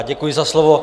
Děkuji za slovo.